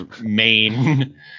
main